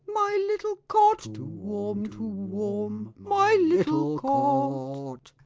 my little cot. to warm, to warm. my little cot.